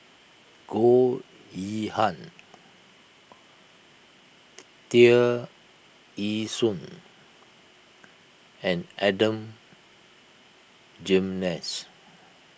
Goh Yihan Tear Ee Soon and Adan Jimenez